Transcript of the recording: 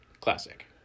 Classic